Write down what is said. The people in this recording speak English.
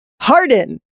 Harden